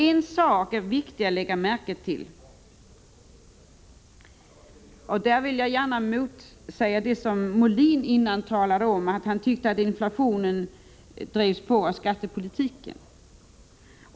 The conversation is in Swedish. En sak är viktig att lägga märke till, och där vill jag motsäga Björn Molin som menade att inflationen drevs på av den förda skattepolitiken.